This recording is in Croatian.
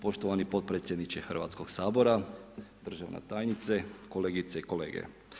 Poštovani potpredsjedniče Hrvatskog sabora, državna tajnice, kolegice i kolege.